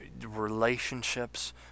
relationships